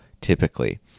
typically